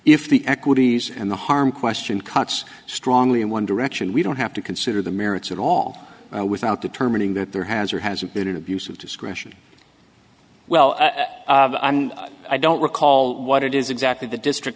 if the equities and the harm question cuts strongly in one direction we don't have to consider the merits at all without determining that there has or hasn't been an abuse of discretion well i don't recall what it is exactly the district